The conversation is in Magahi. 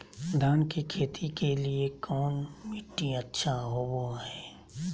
धान की खेती के लिए कौन मिट्टी अच्छा होबो है?